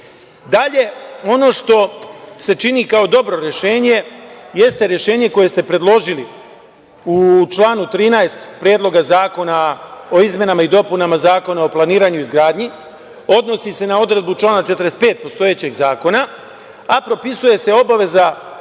ono što se čini kao dobro rešenje jeste rešenje koje ste predložili u članu 13. Predloga zakona o izmenama i dopunama Zakona o planiranju i izgradnji, odnosni se na odredbu člana 45. postojećeg zakona, a propisuje se obaveza